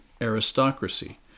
aristocracy